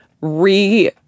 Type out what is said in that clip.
re